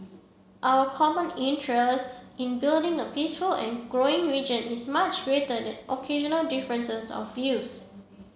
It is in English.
our common interest in building a peaceful and growing region is much greater than occasional differences of views